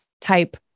type